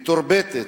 מתורבתת,